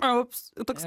augs toks